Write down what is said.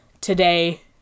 today